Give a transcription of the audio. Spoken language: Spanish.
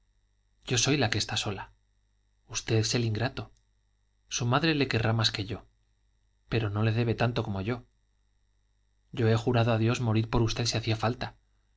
yo soy la que está sola usted es el ingrato su madre le querrá más que yo pero no le debe tanto como yo yo he jurado a dios morir por usted si hacía falta